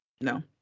No